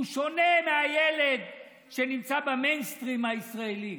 הוא שונה מהילד שנמצא במיינסטרים הישראלי.